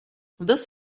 this